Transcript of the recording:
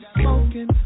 smoking